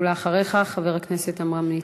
ולאחריך, חבר הכנסת עמרם מצנע.